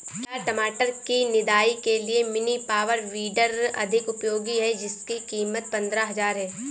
क्या टमाटर की निदाई के लिए मिनी पावर वीडर अधिक उपयोगी है जिसकी कीमत पंद्रह हजार है?